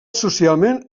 socialment